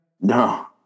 No